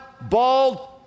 bald